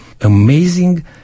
amazing